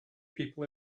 people